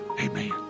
Amen